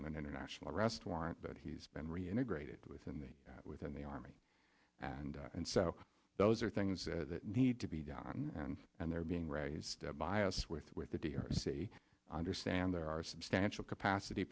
on an international arrest warrant but he's been reintegrated within the within the army and and so those are things that need to be done and and they're being raised by us with with the d l c i understand there are substantial capacity